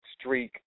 streak